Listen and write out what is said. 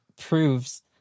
proves